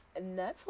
Netflix